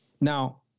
Now